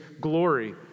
glory